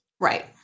Right